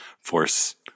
force